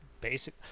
Basic